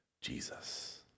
Jesus